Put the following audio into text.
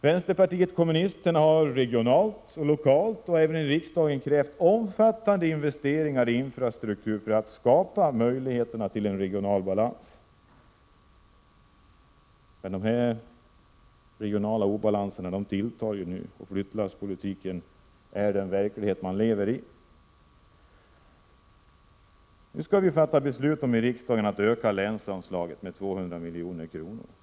Vänsterpartiet kommunisterna har regionalt och lokalt och även i riksdagen krävt omfattande investeringar i infrastruktur för att skapa möjligheter att åstadkomma regional balans, men de regionala obalanserna tilltar nu och flyttlasspolitiken är den verklighet man lever i. Nu skall vi fatta beslut i riksdagen om att öka länsanslaget med 200 milj.kr.